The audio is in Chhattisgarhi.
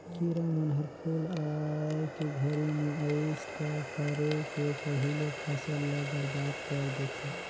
किरा मन हर फूल आए के घरी मे अइस त फरे के पहिले फसल ल बरबाद कर देथे